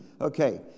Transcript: Okay